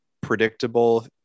predictable